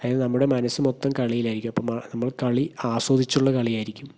അതായത് നമ്മുടെ മനസ്സ് മൊത്തം കളിയിലായിരിക്കും അപ്പോൾ നമ്മൾ കളി ആസ്വദിച്ചുള്ള കളിയായിരിക്കും